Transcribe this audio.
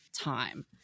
time